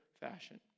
fashion